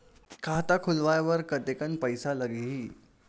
खाता खुलवाय बर कतेकन पईसा लगही?